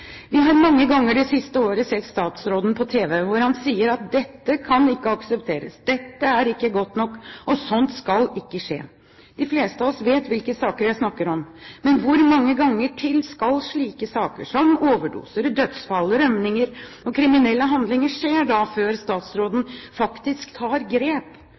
Vi har mange ganger det siste året sett statsråden på tv hvor han har sagt at dette kan ikke aksepteres, dette er ikke godt nok, og sånt skal ikke skje. De fleste av oss vet hvilke saker jeg snakker om. Men hvor mange ganger til skal slike saker, som overdoser, dødsfall, rømninger og kriminelle handlinger skje, før statsråden faktisk tar grep?